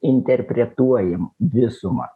interpretuojam visumą